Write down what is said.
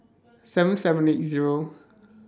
seven seven eight Zero